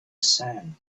sand